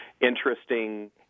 Interesting